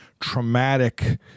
traumatic